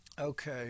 Okay